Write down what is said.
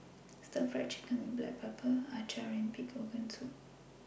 Stir Fried Chicken with Black Pepper Acar and Pig Organ Soup